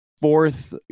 fourth